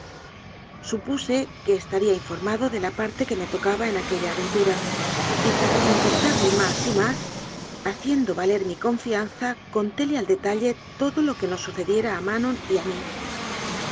supuse que estaría informado de la par te que me tocaba en aquella aventura y para con quistarle más y más haciendo valer mi confianza comtéle al detalle todo lo que nos sucediera a ma non y a mí